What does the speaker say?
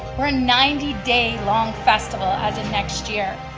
we're in ninety day long festival as of next year.